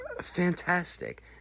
fantastic